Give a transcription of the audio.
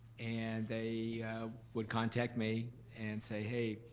and they would contact me and say, hey,